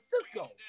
Cisco